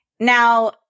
Now